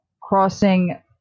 Crossing